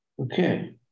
Okay